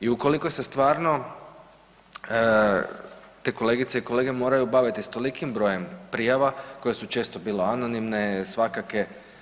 I ukoliko se stvarno te kolegice i kolege moraju baviti sa tolikim brojem prijava koje su često bile anonimne, svakakve.